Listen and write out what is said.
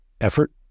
effort